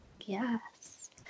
yes